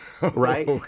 right